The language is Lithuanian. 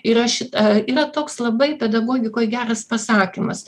yra šita yra toks labai pedagogikoj geras pasakymas